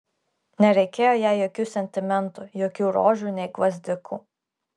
nereikėjo jai jokių sentimentų jokių rožių nei gvazdikų